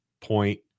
Point